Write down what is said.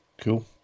Cool